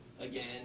Again